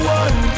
one